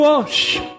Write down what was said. Wash